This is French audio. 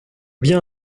bien